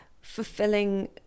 fulfilling